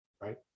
right